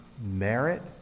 merit